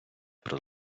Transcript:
про